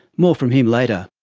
more from him later.